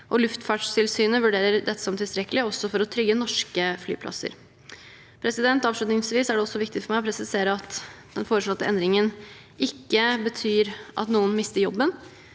Luftfartstilsynet vurderer dette som tilstrekkelig også for å trygge norske flyplasser. Avslutningsvis er det viktig for meg å presisere at den foreslåtte endringen ikke betyr at noen mister jobben,